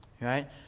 right